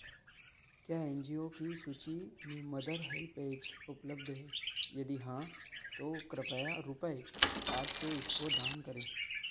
क्या N G O की सूची में मदर हेल्प ऐज उपलब्ध है यदि हाँ तो कृपया रुपये आठ सौ इसको दान करें